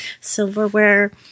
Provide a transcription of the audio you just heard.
silverware